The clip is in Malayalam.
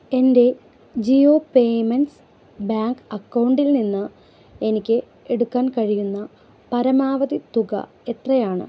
എൻ്റെ ജിയോ പേയ്മെന്റ്സ് ബാങ്ക് അക്കൗണ്ടിൽ നിന്ന് എനിക്ക് എടുക്കാൻ കഴിയുന്ന പരമാവധി തുക എത്രയാണ്